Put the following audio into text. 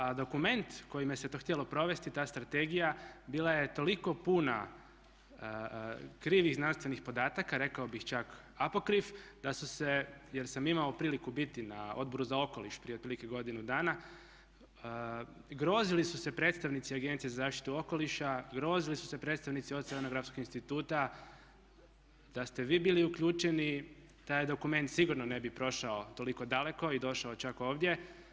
A dokument kojime se to htjelo provesti, ta strategija bila je toliko puna krivih znanstvenih podataka, rekao bih čak apokrif da su se, jer sam imao priliku biti na Odboru za okoliš prije otprilike godinu dana, grozili su se predstavnici Agencije za zaštitu okoliša, grozili su se predstavnici Oceanografskog instituta, da ste vi bili uključeni taj dokument sigurno ne bi prošao toliko daleko i došao čak ovdje.